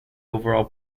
overall